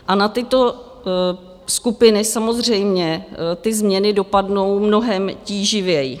A na tyto skupiny samozřejmě ty změny dopadnou mnohem tíživěji.